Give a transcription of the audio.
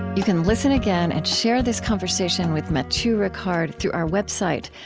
you can listen again and share this conversation with matthieu ricard through our website,